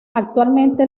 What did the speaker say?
actualmente